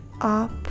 up